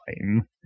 time